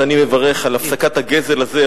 אני מברך על הפסקת הגזל הזה,